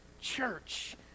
church